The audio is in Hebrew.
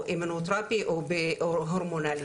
או אימונותרפי או הורמונלי.